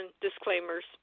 disclaimers